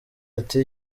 ati